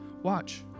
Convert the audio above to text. Watch